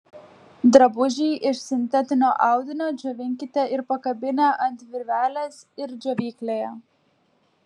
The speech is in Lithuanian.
drabužį iš sintetinio audinio džiovinkite ir pakabinę ant virvelės ir džiovyklėje